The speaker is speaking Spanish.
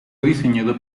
diseñado